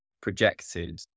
projected